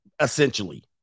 essentially